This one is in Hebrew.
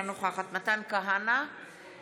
אינה נוכחת מתן כהנא,